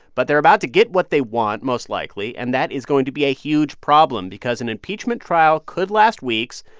but they're about to get what they want most likely, and that is going to be a huge problem because an impeachment trial could last weeks.